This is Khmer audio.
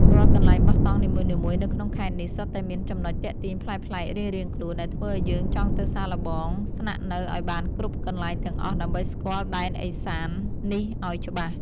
រាល់កន្លែងបោះតង់នីមួយៗនៅក្នុងខេត្តនេះសុទ្ធតែមានចំណុចទាក់ទាញប្លែកៗរៀងៗខ្លួនដែលធ្វើឱ្យយើងចង់ទៅសាកល្បងស្នាក់នៅឱ្យបានគ្រប់កន្លែងទាំងអស់ដើម្បីស្គាល់ដែនដីឦសាននេះឱ្យច្បាស់។